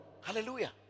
Hallelujah